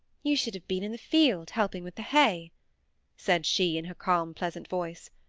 you should have been in the field, helping with the hay said she, in her calm, pleasant voice.